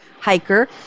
hiker